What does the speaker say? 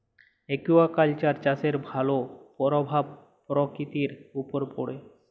aquaculture চাষের ভালো পরভাব পরকিতির উপরে পড়ে